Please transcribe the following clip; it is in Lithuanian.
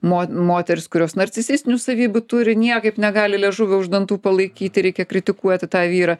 mot moterys kurios narcisistinių savybių turi niekaip negali liežuvio už dantų palaikyt reikia kritikuoti tą vyrą